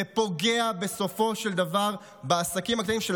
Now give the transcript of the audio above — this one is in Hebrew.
ופוגע בסופו של דבר בעסקים הקטנים,